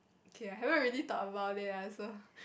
okay I haven't really thought about it lah so